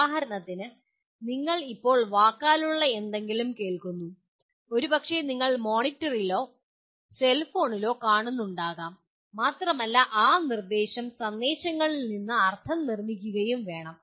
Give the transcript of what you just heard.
ഉദാഹരണത്തിന് നിങ്ങൾ ഇപ്പോൾ വാക്കാലുള്ള എന്തെങ്കിലും കേൾക്കുന്നു ഒരുപക്ഷേ നിങ്ങൾ ഒരു മോണിറ്ററിലോ സെൽഫോണിലോ കാണുന്നുണ്ടാകാം മാത്രമല്ല ആ നിർദ്ദേശ സന്ദേശങ്ങളിൽ നിന്ന് നിങ്ങൾ അർത്ഥം നിർമ്മിക്കുകയും വേണം